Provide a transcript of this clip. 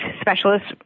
specialists